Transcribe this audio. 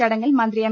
ചടങ്ങിൽ മന്ത്രി എം